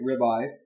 ribeye